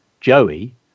Joey